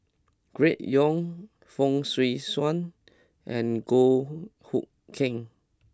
Gregory Yong Fong Swee Suan and Goh Hood Keng